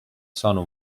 sono